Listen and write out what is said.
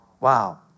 Wow